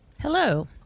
Hello